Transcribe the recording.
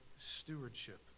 stewardship